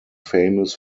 famous